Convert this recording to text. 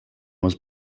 was